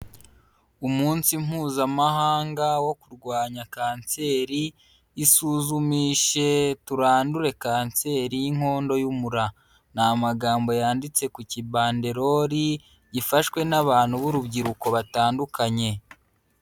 Umunsi Mpuzamahanga wo kurwanya kanseri, isuzumishe turandure kanseri y'inkondo y'umura. Ni amagambo yanditse ku kibanderori gifashwe n'abantu b'urubyiruko batandukanye.